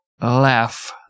laugh